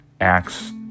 acts